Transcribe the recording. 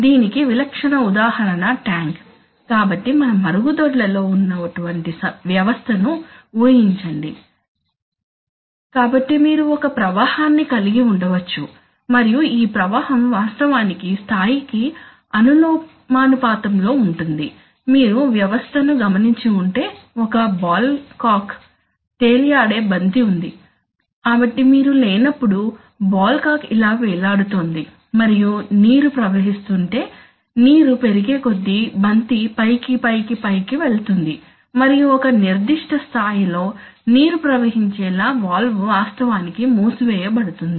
దీనికి విలక్షణ ఉదాహరణ ట్యాంక్ కాబట్టి మన మరుగుదొడ్లలో ఉన్నటువంటి వ్యవస్థ ను ఊహించండి కాబట్టి మీరు ఒక ప్రవాహాన్ని కలిగి ఉండవచ్చు మరియు ఈ ప్రవాహం వాస్తవానికి స్థాయికి అనులోమానుపాతంలో ఉంటుంది మీరు వ్యవస్థను గమనించి ఉంటే ఒక బాల్ కాక్ తేలియాడే బంతి ఉంది కాబట్టి నీరు లేనప్పుడు బాల్ కాక్ ఇలా వేలాడుతోంది మరియు నీరు ప్రవహిస్తుంటే నీరు పెరిగేకొద్దీ బంతి పైకి పైకి పైకి వెళుతుంది మరియు ఒక నిర్దిష్ట స్థాయిలో నీరు ప్రవహించే వాల్వ్ వాస్తవానికి మూసివేయబడుతుంది